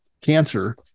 cancer